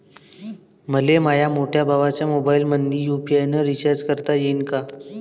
मले माह्या मोठ्या भावाच्या मोबाईलमंदी यू.पी.आय न रिचार्ज करता येईन का?